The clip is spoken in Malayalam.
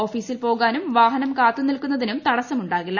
ഓഫീസിൽ പോകാനും വാഹനം കാത്തുനിൽക്കുന്നതിനും തടസ്സമുണ്ടാകില്ല